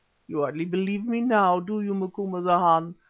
you hardly believe me now, do you, macumazahn?